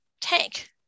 tank